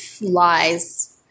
Lies